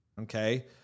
Okay